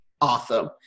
Awesome